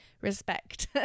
respect